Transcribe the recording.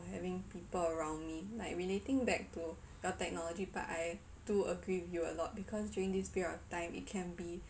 having people around me like relating back to well technology part I too agree with you a lot because during this period of time it can be